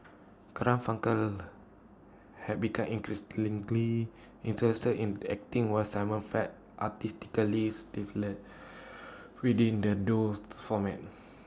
Garfunkel had become interested in acting while simon felt artistically stifled within the duos format